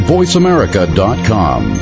VoiceAmerica.com